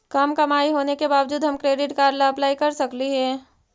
कम कमाई होने के बाबजूद हम क्रेडिट कार्ड ला अप्लाई कर सकली हे?